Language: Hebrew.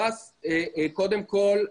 קודם כול,